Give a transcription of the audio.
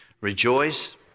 Rejoice